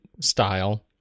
style